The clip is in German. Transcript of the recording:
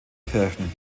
kirchen